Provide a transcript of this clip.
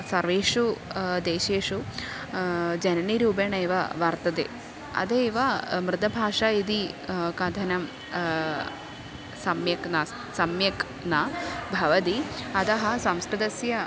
सर्वेषु देशेषु जननिरूपेण एव वर्तते अत एव मृतभाषा इति कथनं सम्यक् नास्ति सम्यक् न भवति अतः संस्कृतस्य